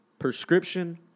prescription